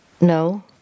No